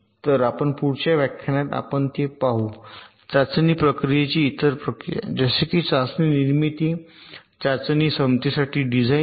तर आपल्या पुढच्या व्याख्यानात आपण ते पाहू चाचणी प्रक्रियेची इतर प्रक्रिया जसे की चाचणी निर्मिती चाचणी क्षमतेसाठी डिझाइन इ